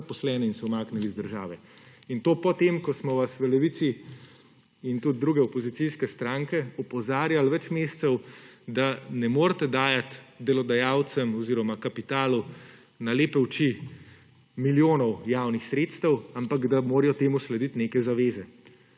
in se umaknili iz države. In to potem ko smo vas v Levici in tudi druge opozicijske stranke opozarjali več mesecev, da ne morete dajati delodajalcem oziroma kapitalu na lepe oči milijonov javnih sredstev, ampak da morajo temu slediti neke zaveze.